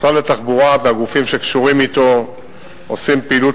משרד התחבורה והגופים שקשורים אתו עושים פעילות